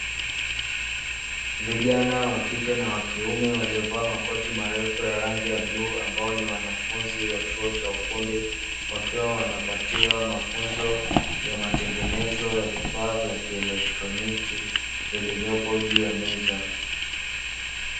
Vijana wa kike na wa kiume waliovaa makoti marefu ya rangi ya bluu ambao ni wanafunzi wa chuo cha ufundi, wakiwa wanapatiwa mafunzo ya matengenezo ya vifaa vya kielektroniki vilivyopo juu ya meza.